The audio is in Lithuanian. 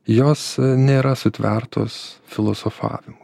jos nėra sutvertos filosofavimui